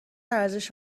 ارزش